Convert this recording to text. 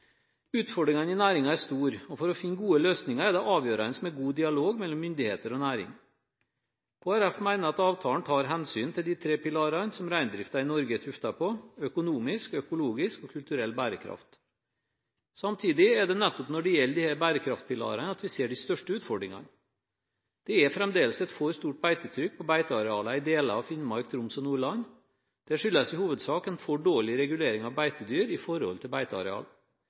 Utfordringene i næringen er store, og for å finne gode løsninger er det avgjørende med god dialog mellom myndigheter og næring. Kristelig Folkeparti mener at avtalen tar hensyn til de tre pilarene som reindriften i Norge er tuftet på: økonomisk, økologisk og kulturell bærekraft. Samtidig er det nettopp når det gjelder disse bærekraftpilarene, at vi ser de største utfordringene. Det er fremdeles et for stort beitetrykk på beitearealene i deler av Finnmark, Troms og Nordland. Det skyldes i hovedsak en for dårlig regulering av beitedyr i forhold til beiteareal.